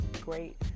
great